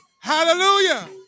Hallelujah